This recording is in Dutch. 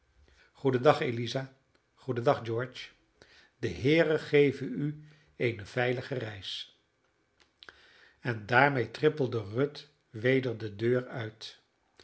dag eliza goeden dag george de heere geve u eene veilige reis en daarmede trippelde ruth weder de deur uit